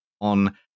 on